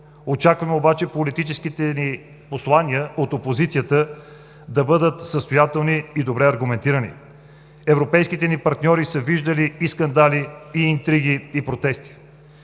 Очакваме обаче политическите послания от опозицията да бъдат състоятелни и добре аргументирани. Европейските ни партньори са виждали и скандали, и интриги, и протести.